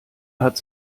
hat